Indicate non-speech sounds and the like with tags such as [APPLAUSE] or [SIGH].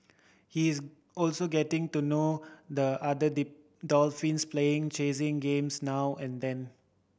he is also getting to know the other [UNINTELLIGIBLE] dolphins playing chasing games now and then